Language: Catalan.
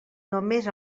només